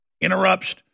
interrupts